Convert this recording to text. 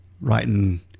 Writing